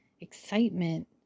excitement